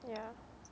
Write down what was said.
yeah